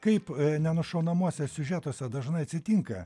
kaip nenušaunamuose siužetuose dažnai atsitinka